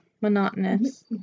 monotonous